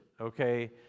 okay